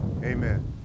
Amen